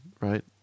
right